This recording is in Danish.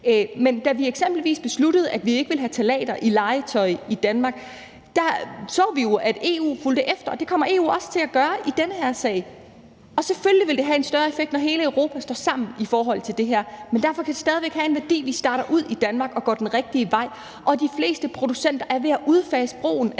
Men da vi eksempelvis besluttede, at vi ikke ville have ftalater i legetøj i Danmark, så vi jo, at EU fulgte efter, og det kommer EU også til at gøre i den her sag. Og selvfølgelig vil det have en større effekt, når hele Europa står sammen i forhold til det her, men derfor kan det stadig væk have en værdi, at vi starter ud i Danmark og går den rigtige vej. Og de fleste producenter er ved at udfase brugen